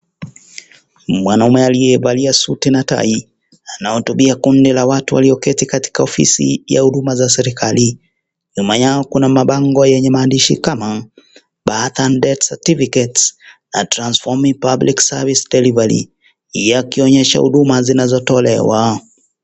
Mwanaume aliyevalia suti na tai, anahutubia kundi la watu walioketi katika ofisi ya huduma za serikali, nyuma yao kuna mabango yenye maandishi kama(cs)Birth and death certificate,a transforming public service delivery(cs) yakionyesha huduma zinazotolewa.